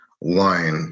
line